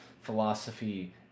philosophy